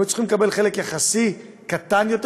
הם היו צריכים לקבל חלק יחסי קטן יותר,